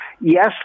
yes